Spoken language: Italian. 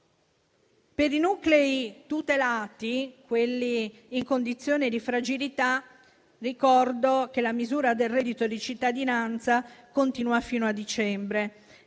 Per i nuclei tutelati, quelli in condizione di fragilità, ricordo che la misura del reddito di cittadinanza continua fino a dicembre.